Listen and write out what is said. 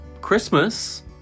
Christmas